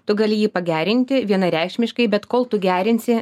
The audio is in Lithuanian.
tu gali jį pagerinti vienareikšmiškai bet kol tu gerinsi